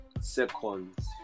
seconds